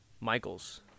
Michael's